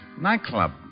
Nightclub